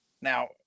now